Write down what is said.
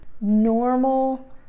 normal